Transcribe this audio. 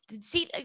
see